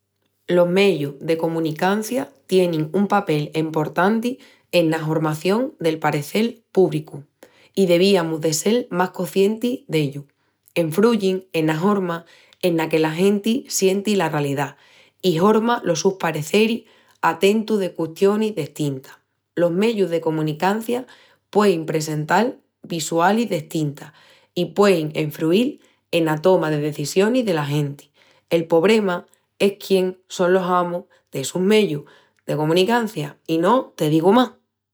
Los meyus de comunicancia tienin un papel emportanti ena hormación del parecel púbricu, i deviamus de sel más coscientis d'ellu. Enfruyin ena horma ena que la genti sienti la ralidá i horma los sus pareceris a tentu de custionis destintas. Los meyus de comunicancia puein presental visualis destintas i puein enfruil ena toma de decisionis dela genti. El pobrema es quién son los amus d'essus meyus de comunicancia i no te digu más.